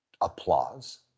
applause